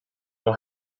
will